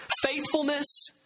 faithfulness